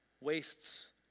wastes